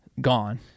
gone